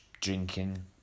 drinking